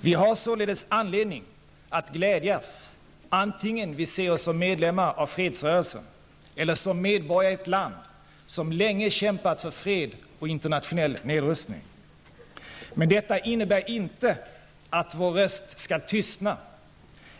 Vi har således anledning att glädjas antingen vi ser oss som medlemmar av fredsrörelsen eller som medborgare i ett land som länge kämpat för fred och internationell nedrustning. Men detta innebär inte att vår röst skall tystna